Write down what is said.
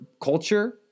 culture